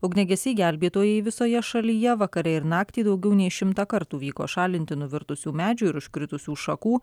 ugniagesiai gelbėtojai visoje šalyje vakare ir naktį daugiau nei šimtą kartų vyko šalinti nuvirtusių medžių ir užkritusių šakų